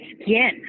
skin